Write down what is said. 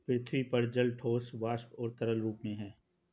पृथ्वी पर जल ठोस, वाष्प और तरल रूप में है